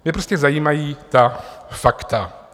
Mě prostě zajímají ta fakta.